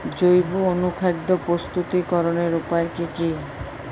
জৈব অনুখাদ্য প্রস্তুতিকরনের উপায় কী কী?